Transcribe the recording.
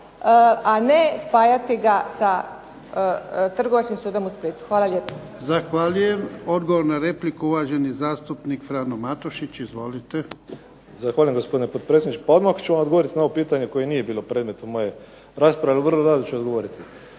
a ne spajati ga sa Trgovačkim sudom u Splitu. **Jarnjak,